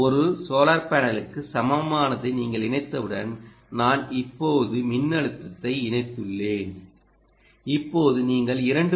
ஒரு சோலார் பேனலுக்கு சமமானதை நீங்கள் இணைத்தவுடன் நான் இப்போது மின்னழுத்தத்தை இணைத்துள்ளேன் இப்போது நீங்கள் 2